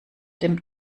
dem